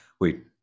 Wait